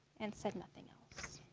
and said nothing else.